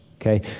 Okay